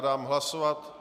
Dám hlasovat.